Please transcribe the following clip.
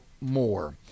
more